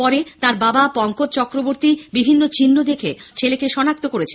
পরে তাঁর বাবা পঙ্কজ চক্রবর্তী বিভিন্ন চিহ্ন দেখে ছেলেকে শনাক্ত করেছেন